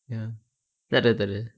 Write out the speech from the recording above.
you know tak ada tak ada